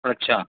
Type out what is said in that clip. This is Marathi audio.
अच्छा